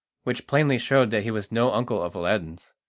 which plainly showed that he was no uncle of aladdin's,